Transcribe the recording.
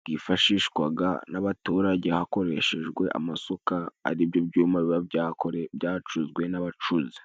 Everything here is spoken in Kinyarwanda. bwifashishwa n'abaturage hakoreshejwe amasuka ari byo byuma biba byacuzwe n'abacuzi.